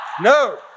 No